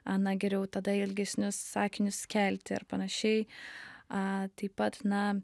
a na geriau tada ilgesnius sakinius skelti ar panašiai a taip pat na